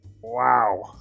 Wow